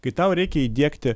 kai tau reikia įdiegti